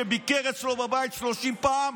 שביקר אצלו בבית 30 פעם,